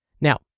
Now